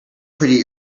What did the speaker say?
pretty